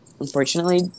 unfortunately